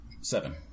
seven